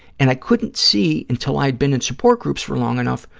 and i couldn't see, until i'd been in support groups for long enough,